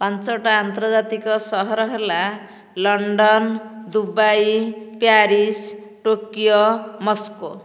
ପାଞ୍ଚଟା ଆନ୍ତର୍ଜାତିକ ସହର ହେଲା London Dubai Paris Tokyo Moscow